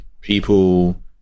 people